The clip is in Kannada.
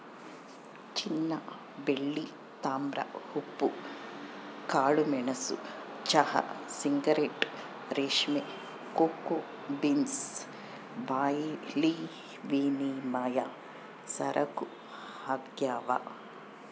ಚಿನ್ನಬೆಳ್ಳಿ ತಾಮ್ರ ಉಪ್ಪು ಕಾಳುಮೆಣಸು ಚಹಾ ಸಿಗರೇಟ್ ರೇಷ್ಮೆ ಕೋಕೋ ಬೀನ್ಸ್ ಬಾರ್ಲಿವಿನಿಮಯ ಸರಕು ಆಗ್ಯಾವ